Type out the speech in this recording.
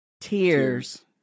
tears